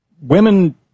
women